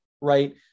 right